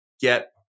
get